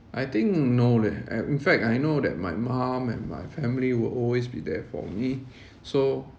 I think no leh and in fact I know that my mum and my family will always be there for me so